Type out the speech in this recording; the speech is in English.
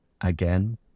again